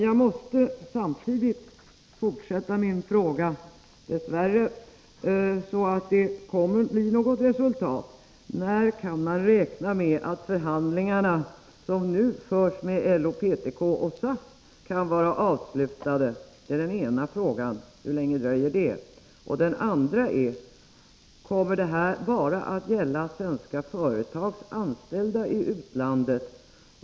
Jag måste, dess värre, fortsätta mitt frågande, så att det blir något resultat. Den ena frågan gäller när man kan räkna med att de förhandlingar som nu förs med LO, PTK och SAF kan vara avslutade. Hur länge dröjer det? Den andra är: Kommer detta socialförsäkringsskydd bara att gälla svenska företags anställda i utlandet?